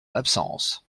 absence